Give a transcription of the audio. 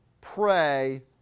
pray